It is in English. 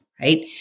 right